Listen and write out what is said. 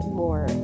more